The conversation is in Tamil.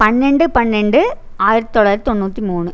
பன்னெண்டு பன்னெண்டு ஆயிரத்து தொளாயிரத்து தொண்ணூற்றி மூணு